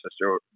sister